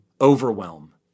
overwhelm